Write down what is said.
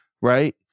right